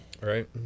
Right